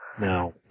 Now